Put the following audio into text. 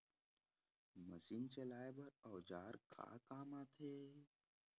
Machine चलाए बर औजार का काम आथे?